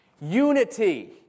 Unity